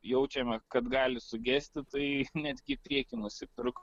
jaučiame kad gali sugesti tai netgi priekį nusipirko